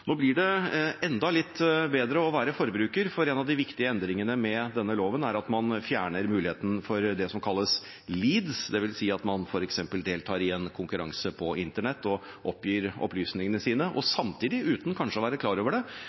Nå blir det enda litt bedre å være forbruker, for en av de viktige endringene med denne loven er at man fjerner muligheten for det som kalles «leads», dvs. at man f.eks. deltar i en konkurranse på internett og oppgir opplysningene sine og samtidig – kanskje uten å være klar over det